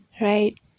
right